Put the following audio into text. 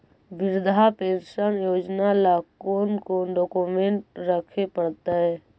वृद्धा पेंसन योजना ल कोन कोन डाउकमेंट रखे पड़तै?